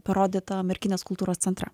parodyta amerikinės kultūros centre